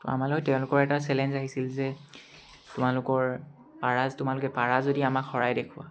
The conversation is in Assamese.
আমালৈ তেওঁলোকৰ এটা চেলেঞ্জ আনিছিল যে তোমালোকৰ পাৰা যদি তোমালোকে পাৰা যদি আমাক হৰাই দেখুওৱা